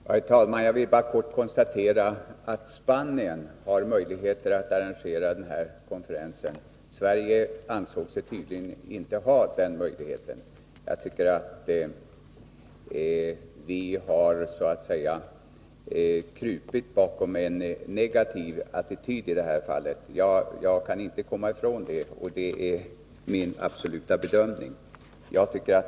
Herr talman! Helt kort konstaterar jag bara att Spanien har möjligheter att arrangera konferensen. Från svenskt håll ansåg man sig tydligen inte ha den möjligheten. Men jag tycker att vi så att säga har krupit bakom en negativ attityd i det här fallet. Jag kan inte komma ifrån den uppfattningen. Det är min absoluta bedömning.